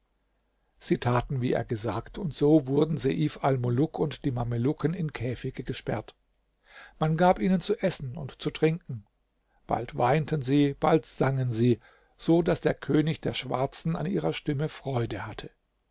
sie taten wie er gesagt und so wurden seif almuluk und die mamelucken in käfige gesperrt man gab ihnen zu essen und zu trinken bald weinten sie bald sangen sie so daß der könig der schwarzen an ihrer stimme freude hatte